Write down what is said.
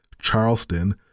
Charleston